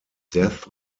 death